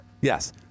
Yes